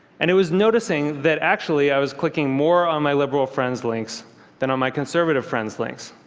and it was noticing that, actually, i was clicking more on my liberal friends' links than on my conservative friends' links.